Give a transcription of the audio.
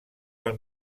del